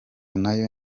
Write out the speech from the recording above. nayo